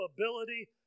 ability